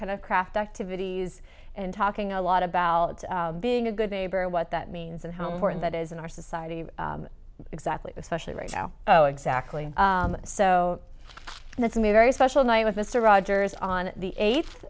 kind of craft activities and talking a lot about being a good neighbor what that means and how important that is in our society exactly especially right now exactly so that's me very special night with mr rogers on the eighth